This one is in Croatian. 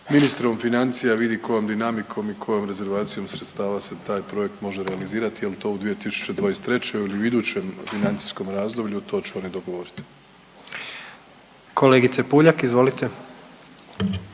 ministrom financija vidi kojom dinamikom i kojom rezervacijom sredstava se taj projekt može realizirati. Je li to u 2023. ili u idućem financijskom razdoblju to će oni dogovoriti. **Jandroković,